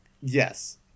Yes